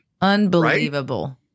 Unbelievable